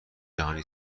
جهانی